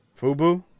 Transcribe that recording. FUBU